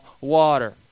water